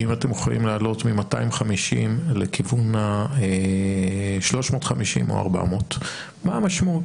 אם אתם יכולים לעלות מ-250 לכיוון ה-350 או 400. מה המשמעות?